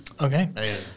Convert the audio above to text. Okay